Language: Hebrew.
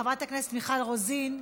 חברת הכנסת מיכל רוזין,